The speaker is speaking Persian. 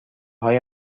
های